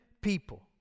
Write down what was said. people